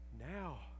now